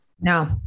No